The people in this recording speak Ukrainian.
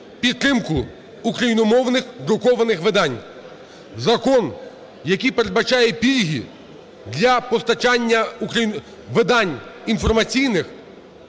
підтримку україномовних друкованих видань, закон, який передбачає пільги для постачання видань інформаційних